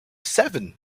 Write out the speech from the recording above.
seven